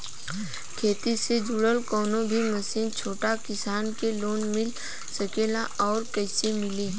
खेती से जुड़ल कौन भी मशीन छोटा किसान के लोन मिल सकेला और कइसे मिली?